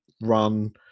run